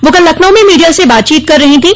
वह कल लखनऊ में मीडिया से बातचीत कर रही थीं